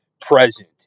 present